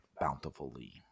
bountifully